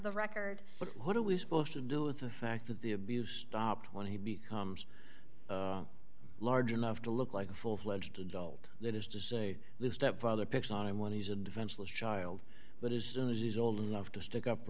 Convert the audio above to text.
the record but what are we supposed to do with the fact that the abuse stopped when he becomes large enough to look like a full fledged adult that is to say the stepfather picks on him when he's a defenseless child but as soon as he's old enough to stick up for